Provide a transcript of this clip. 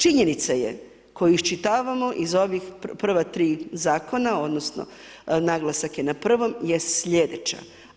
Činjenica je koju iščitavamo iz ovih prva tri zakona odnosno naglasak je na prvom je slijedeća.